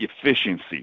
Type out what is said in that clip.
efficiency